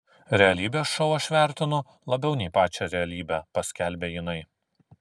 realybės šou aš vertinu labiau nei pačią realybę paskelbė jinai